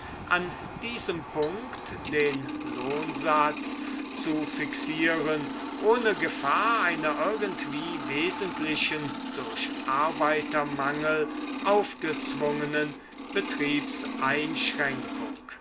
an diesem punkt den lohnsatz zu fixieren ohne gefahr einer irgendwie wesentlichen durch arbeitermangel aufgezwungenen